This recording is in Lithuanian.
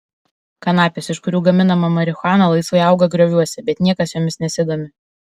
kanapės iš kurių gaminama marihuana laisvai auga grioviuose bet niekas jomis nesidomi